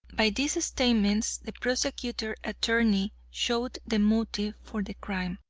by these statements the prosecuting attorney showed the motive for the crime.